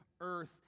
earth